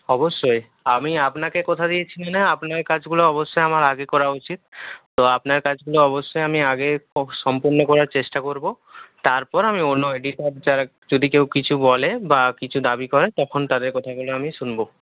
অবশ্যই আমি আপনাকে কথা দিয়েছি মানে আপনার কাজগুলো অবশ্যই আমার আগে করা উচিত তো আপনার কাজগুলো অবশ্যই আমি আগে সম্পূর্ণ করার চেষ্টা করব তারপর আমি অন্য এডিটর যারা যদি কেউ কিছু বলে বা কিছু দাবি করে তখন তাদের কথাগুলো আমি শুনব